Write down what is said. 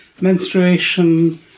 menstruation